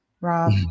Rob